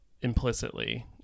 implicitly